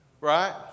Right